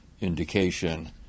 indication